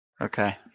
Okay